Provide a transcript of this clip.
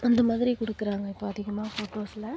அந்த மாதிரி கொடுக்குறாங்க இப்போ அதிகமாக ஃபோட்டோஸில்